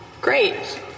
Great